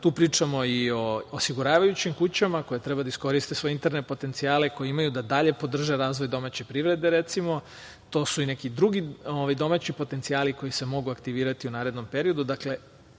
tu pričamo i o osiguravajućim kućama, koje treba da iskoriste svoje interne potencijale, koje imaju da dalje podrže razvoj domaće privrede recimo. To su i neki drugi domaći potencijali koji se mogu aktivirati u narednom periodu. Dakle,